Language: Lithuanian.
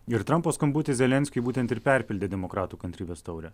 ir trumpo skambutis zelenskiui būtent ir perpildė demokratų kantrybės taurę